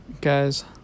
Guys